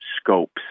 scopes